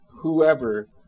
whoever